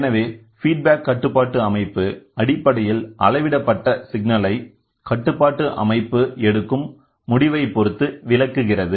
எனவே ஃபீட்பேக் கட்டுப்பாட்டு அமைப்பு அடிப்படையில் அளவிடப்பட்ட சிக்னலை கட்டுப்பாட்டு அமைப்பு எடுக்கும் முடிவைப் பொறுத்து விளக்குகிறது